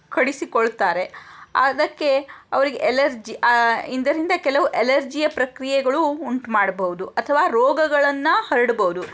ಕಡಿಸಿಕೊಳ್ತಾರೆ ಅದಕ್ಕೆ ಅವ್ರಿಗೆ ಎಲರ್ಜಿ ಇದರಿಂದ ಕೆಲವು ಎಲರ್ಜಿಯ ಪ್ರಕ್ರಿಯೆಗಳು ಉಂಟು ಮಾಡಬಹ್ದು ಅಥವಾ ರೋಗಗಳನ್ನು ಹರಡ್ಬೋದು